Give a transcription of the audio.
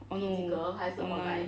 oh no online